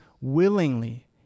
willingly